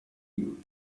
you